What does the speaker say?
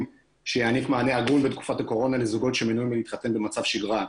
שיעניק מענה הגון בתקופת הקורונה לזוגות שמנועים מלהתחתן במצב שגרה.